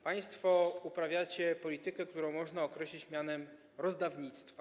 Państwo uprawiacie politykę, którą można określić, niestety, mianem rozdawnictwa.